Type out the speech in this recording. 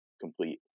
complete